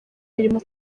birimo